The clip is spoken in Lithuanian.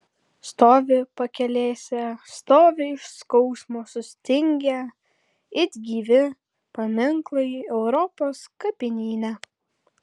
stovi pakelėse stovi iš skausmo sustingę it gyvi paminklai europos kapinyne